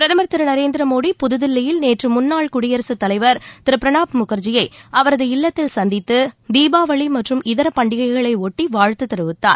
பிரதுர் திரு நரேந்திர மோடி புதுதில்லியில் நேற்று முன்னாள் குடியரசு தலைவர் திரு பிரணாப் முகர்ஜியை அவரது இல்லத்தில் சந்தித்து தீபாவளி மற்றும் இதரப் பண்டிகைகளை ஒட்டி வாழ்த்து தெரிவித்தார்